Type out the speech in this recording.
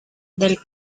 del